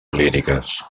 líriques